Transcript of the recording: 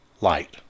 light